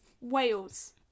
Wales